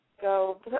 Go